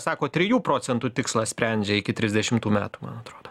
sako trijų procentų tikslą sprendžia iki trisdešimtų metų man atrodo